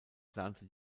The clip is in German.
plante